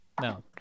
No